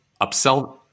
upsell